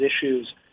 issues